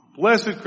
Blessed